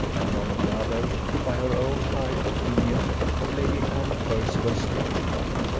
and on the other by her own high opinion of lady anne percival's judgment,